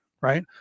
right